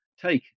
take